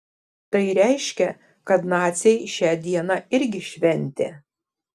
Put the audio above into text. tai reiškia kad naciai šią dieną irgi šventė